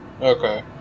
Okay